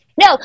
no